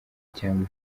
cyangwa